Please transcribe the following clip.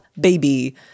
baby